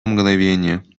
мгновение